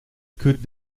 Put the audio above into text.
could